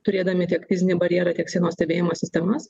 turėdami tiek fizinį barjerą tiek sienos stebėjimo sistemos